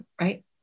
right